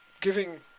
giving